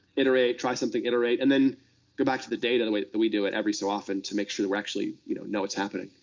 iterate, try something, iterate. and then go back to the data the way that we do it every so often to make sure that we actually you know know it's happening.